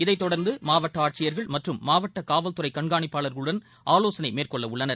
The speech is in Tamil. இதைத் தொடர்ந்து மாவட்ட ஆட்சியர்கள் மற்றும் மாவட்ட காவல்துறை கண்காணிப்பாளர்களுடன் ஆலோசனை மேற்கொள்ள உள்ளனர்